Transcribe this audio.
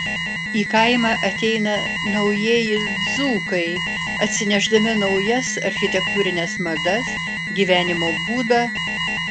į kaimą ateina naujieji dzūkai atsinešdami naujas architektūrines madas gyvenimo būdą